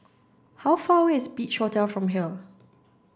how far away is Beach Hotel from here